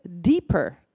deeper